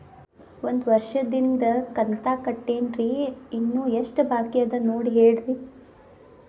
ಒಂದು ವರ್ಷದಿಂದ ಕಂತ ಕಟ್ಟೇನ್ರಿ ಇನ್ನು ಎಷ್ಟ ಬಾಕಿ ಅದ ನೋಡಿ ಹೇಳ್ರಿ